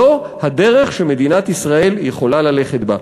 זו הדרך שמדינת ישראל יכולה ללכת בה.